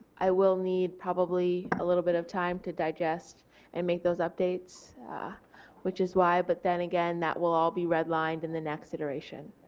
i will need probably a little bit of time to digest and make those updates which is why, but then again that will all be redlined in the next iteration.